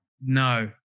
no